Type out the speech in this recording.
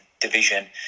division